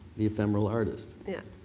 the ephemeral artist. yeah